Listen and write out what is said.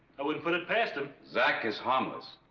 i would put it past him. zack is harmless